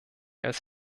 als